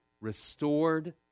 restored